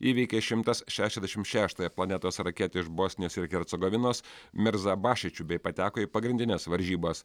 įveikė šimtas šešiasdešimt šeštąją planetos raketę iš bosnijos ir hercogovinos mirza bašičiu bei pateko į pagrindines varžybas